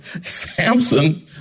Samson